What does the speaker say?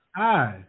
hi